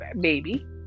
baby